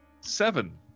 seven